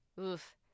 oof